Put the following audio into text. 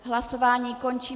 Hlasování končím.